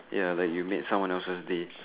ya but you made someone else's day